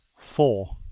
four.